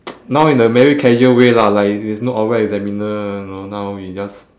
now in a very casual way lah like there is no oral examiner you know now we just